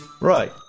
Right